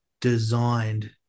designed